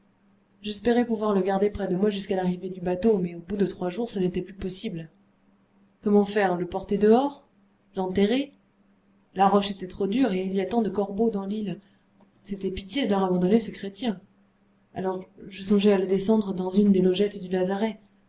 j'espérais pouvoir le garder près de moi jusqu'à l'arrivée du bateau mais au bout de trois jours ce n'était plus possible comment faire le porter dehors l'enterrer la roche était trop dure et il y a tant de corbeaux dans l'île c'était pitié de leur abandonner ce chrétien alors je songeai à le descendre dans une des logettes du lazaret